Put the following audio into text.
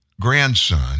grandson